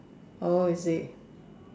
oh is it